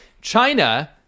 China